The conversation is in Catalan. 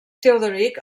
teodoric